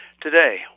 Today